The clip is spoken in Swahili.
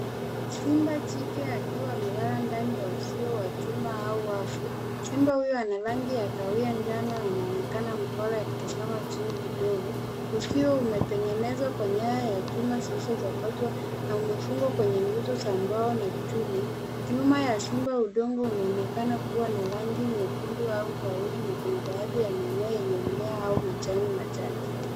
Simba jike akiwa amelala ndani ya uzio wa chuma au wafu. Simba uyo ana rangi ya kahawia njano na anaonekana mpole akitazama chini kidogo. Uzio ume tengenezwa kwa nyaya ya chuma ziezi kukatwa na umefungwa kwenye nguzo za mbao na chuma. Nyuma ya simba udongo unaonekana kuwa na rangi nyekundu au kahawia na kuna baadhi ya manyoya yenye mimea au majani machache.